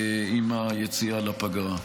עם היציאה לפגרה.